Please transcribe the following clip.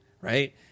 right